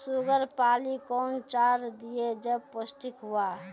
Sugar पाली कौन चार दिय जब पोस्टिक हुआ?